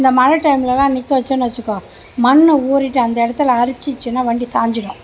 இந்த மழை டைம்லலாம் நிற்க வச்சேன்னு வச்சுக்கோ மண் ஊறிவிட்டு அந்த இடத்துல அரிச்சிச்சுனா வண்டி சாஞ்சிடும்